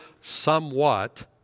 somewhat